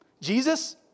Jesus